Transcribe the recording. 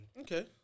Okay